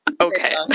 Okay